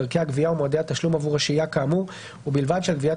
דרכי הגבייה ומועדי התשלום עבור השהייה כאמור ובלבד שעל גביית